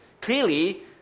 Clearly